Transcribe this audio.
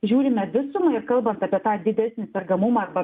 žiūrime visumą ir kalbant apie tą didesnį sergamumą arba